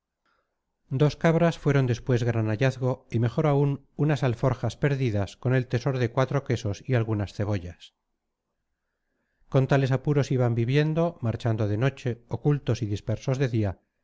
dos cabras fueron después gran hallazgo y mejor aún unas alforjas perdidas con el tesoro de cuatro quesos y algunas cebollas con tales apuros iban viviendo marchando de noche ocultos y dispersos de día